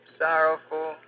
sorrowful